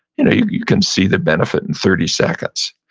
you know you can see the benefit in thirty seconds.